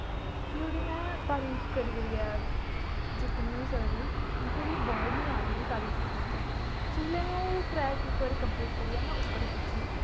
कि ओह्दी में तारीफ करी करियै चुप्प निं होई सकदी मेरे कोल वर्ड निं आ दे ओह्दी तारीफ करने च जिसलै में ओह् ट्रैक इक वारि कंपलीट करियै में उप्पर पुज्जी